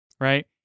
Right